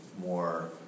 more